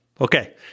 Okay